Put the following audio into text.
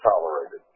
tolerated